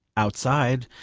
outside,